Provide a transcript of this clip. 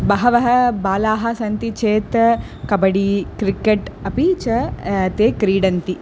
बहवः बालाः सन्ति चेत् कबडि क्रिकेट् अपि च ते क्रीडन्ति